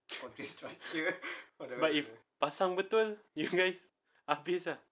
but if pasang betul you guys habis lah